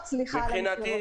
סליחה על המסמרות.